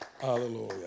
Hallelujah